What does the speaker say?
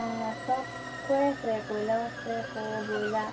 অঁ সব কুকুৰাই আছে কয়লাও আছে আকৌ ব্ৰইলাৰ